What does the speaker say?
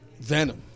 Venom